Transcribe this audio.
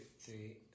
three